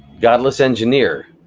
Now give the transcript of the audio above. godless engineer,